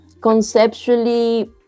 conceptually